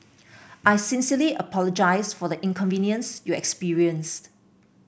I sincerely apologise for the inconvenience you experienced